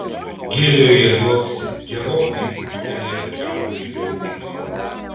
girioje liuoksi gerokai ūgtelėję kiaunių jaunikliai